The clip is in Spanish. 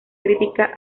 crítica